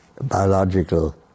biological